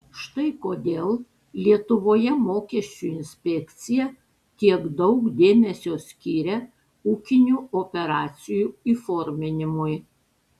štai kodėl lietuvoje mokesčių inspekcija tiek daug dėmesio skiria ūkinių operacijų įforminimui